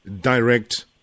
direct